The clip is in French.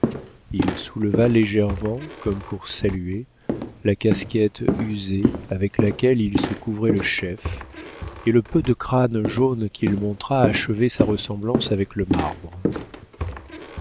il souleva légèrement comme pour saluer la casquette usée avec laquelle il se couvrait le chef et le peu de crâne jaune qu'il montra achevait sa ressemblance avec le marbre